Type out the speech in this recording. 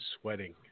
sweating